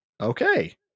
Okay